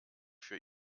für